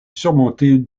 surmontée